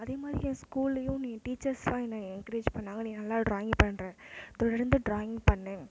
அதேமாதிரி என் ஸ்கூல்லையும் நீ டீச்சர்ஸ்லாம் என்ன என்கரேஜ் பண்ணாங்க நீ நல்லா ட்ராயிங் பண்ணுற தொடர்ந்து ட்ராயிங் பண்ணு